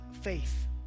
faith